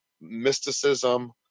mysticism